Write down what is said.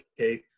okay